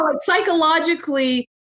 psychologically